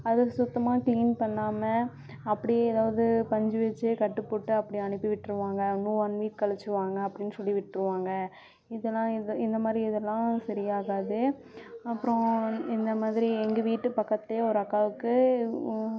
அது சுத்தமாக க்ளீன் பண்ணாமல் அப்படியே ஏதாவது பஞ்சு வச்சு கட்டுப்போட்டு அப்படி அனுப்பி விட்டுருவாங்க இன்னும் ஒன் வீக் கழித்து வாங்க அப்டின்னு சொல்லி விட்டுருவாங்க இதலாம் இதை இந்த மாதிரி இதல்லாம் சரியாகாது அப்பறம் இந்த மாதிரி எங்கள் வீட்டு பக்கத்துலேயே ஒரு அக்காவுக்கு